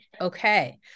Okay